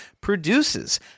produces